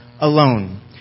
alone